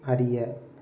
அறிய